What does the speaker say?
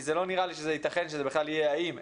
כי לא נראה לי שייתכן שזה יהיה האם,